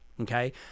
okay